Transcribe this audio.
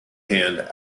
hand